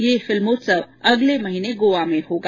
ये फिल्म महोत्सव अगले महीने गोवा में होगा